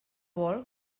vol